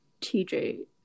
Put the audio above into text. TJ